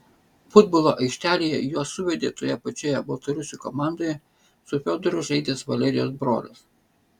futbolo aikštelėje juos suvedė toje pačioje baltarusių komandoje su fiodoru žaidęs valerijos brolis